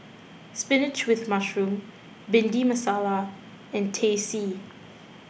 Spinach with Mushroom Bhindi Masala and Teh C